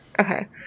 Okay